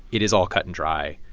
it is all cut and dry,